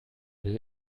will